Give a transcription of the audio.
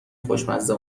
خوشمزه